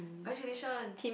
congratulations